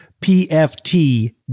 P-F-T